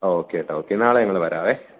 okay ചേട്ടാ okay നാളെ ഞങ്ങൾ വരാമേ